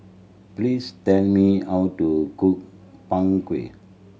please tell me how to cook Png Kueh